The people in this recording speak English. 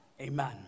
Amen